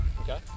Okay